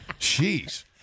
Jeez